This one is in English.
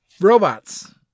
Robots